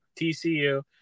TCU